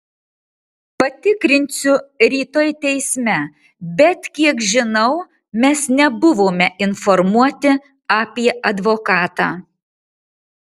patikrinsiu rytoj teisme bet kiek žinau mes nebuvome informuoti apie advokatą